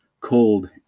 cold